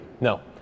No